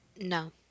No